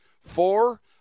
Four